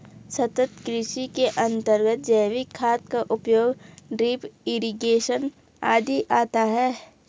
सतत् कृषि के अंतर्गत जैविक खाद का उपयोग, ड्रिप इरिगेशन आदि आता है